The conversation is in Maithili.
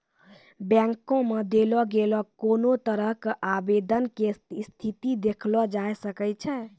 बैंको मे देलो गेलो कोनो तरहो के आवेदन के स्थिति देखलो जाय सकै छै